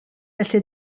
felly